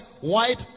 white